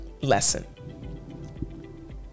lesson